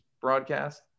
broadcast